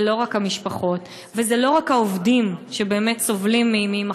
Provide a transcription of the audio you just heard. זה לא רק המשפחות וזה לא רק העובדים שבאמת סובלים ממחסור,